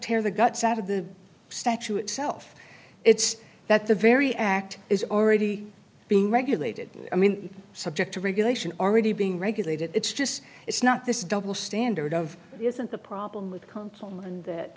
tear the guts out of the statue itself it's that the very act is already being regulated i mean subject to regulation already being regulated it's just it's not this double standard of isn't the problem with konkona and that